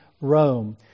Rome